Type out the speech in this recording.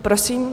Prosím.